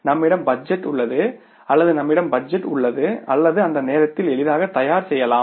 நம்மிடம் பட்ஜெட் உள்ளது அல்லது நம்மிடம் பட்ஜெட் உள்ளது அல்லது அந்த நேரத்தில் எளிதாக தயார் செய்யலாம்